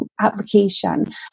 application